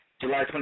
July